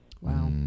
Wow